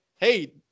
hey